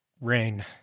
rain